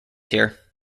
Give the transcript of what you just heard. here